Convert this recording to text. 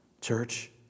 church